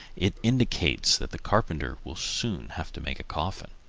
it indicates that the carpenter will soon have to make a coffin.